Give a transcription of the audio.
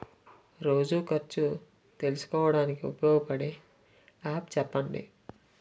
రోజు ఖర్చు తెలుసుకోవడానికి ఉపయోగపడే యాప్ చెప్పండీ?